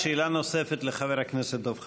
שאלה נוספת לחבר הכנסת דב חנין.